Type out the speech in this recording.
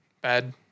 bad